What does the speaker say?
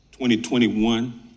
2021